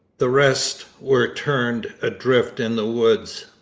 the rest were turned adrift in the woods.